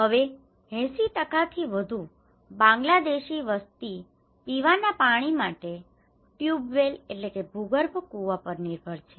હવે 80 થી વધુ બાંગ્લાદેશી વસ્તી પીવાના પાણી માટે ટ્યુબવેલ tube well ભૂગર્ભ કુવા પર નિર્ભર છે